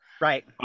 Right